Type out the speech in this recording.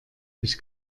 ich